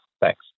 Thanks